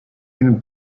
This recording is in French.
une